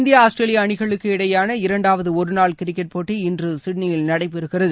India Australia அணிகளுக்கு இடையேயான இரண்டாவது ஒரு நாள் கிரிக்கெட் போட்டிஇன்று சிட்னியில் நடைபெறுகிறது